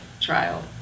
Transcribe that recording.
trial